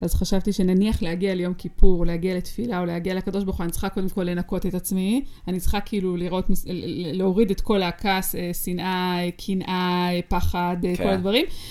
אז חשבתי שנניח להגיע ליום כיפור, או להגיע לתפילה, או להגיע לקדוש ברוך הוא, אני צריכה קודם כל לנקות את עצמי, אני צריכה כאילו להוריד את כל הכעס, שנאה, קנאה, פחד,(כן) כל הדברים.